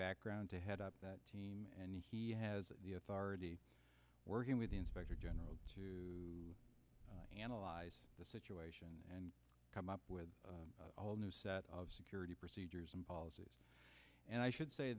background to head up that team and he has the authority working with the inspector general to analyze the situation and come up with a whole new set of security procedures and policies and i should say